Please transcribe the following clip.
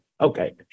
Okay